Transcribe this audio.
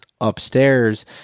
upstairs